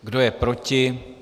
Kdo je proti?